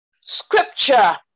Scripture